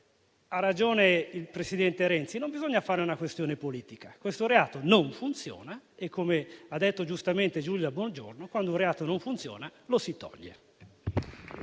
Ha ragione il presidente Renzi: non bisogna farne una questione politica. Questo reato non funziona e - come ha detto giustamente Giulia Bongiorno - quando un reato non funziona, lo si toglie.